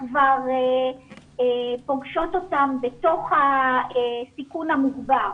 שכבר פוגשות אותם בתוך הסיכון המוגבר,